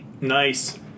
Nice